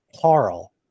Carl